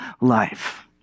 life